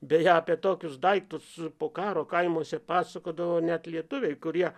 beje apie tokius daiktus po karo kaimuose pasakodavo net lietuviai kurie